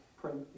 print